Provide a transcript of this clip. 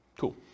Cool